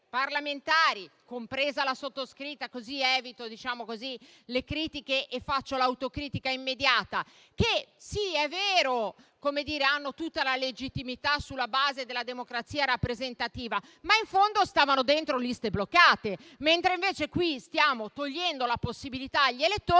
compresa la sottoscritta (così evito le critiche e faccio autocritica immediata)? È vero, hanno tutta la legittimità sulla base della democrazia rappresentativa, ma in fondo stavano dentro liste bloccate, mentre in questo caso stiamo togliendo la possibilità agli elettori